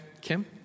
Kim